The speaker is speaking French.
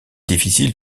difficile